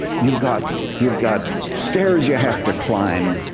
you've got you've got stairs you have to climb.